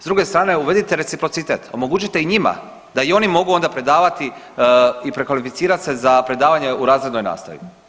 S druge strane uvedite reciprocitet, omogućite i njima da i oni mogu onda predavati i prekvalificirati se za predavanje u razrednoj nastavi.